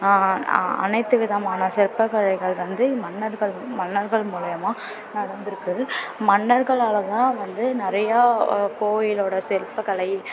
அனைத்து விதமான சிற்ப கலைகள் வந்து மன்னர்கள் மன்னர்கள் மூலயமா நடந்திருக்கு மன்னர்களால் தான் வந்து நிறையா கோவிலோடய சிற்பக் கலை